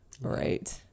right